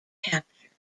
captured